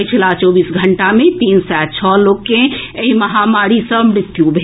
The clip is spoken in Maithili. पछिला चौबीस घंटा मे तीन सय छओ लोक के एहि महामारी सँ मृत्यु भेल